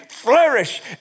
Flourish